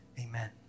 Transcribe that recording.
Amen